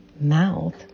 mouth